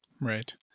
Right